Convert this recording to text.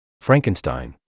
Frankenstein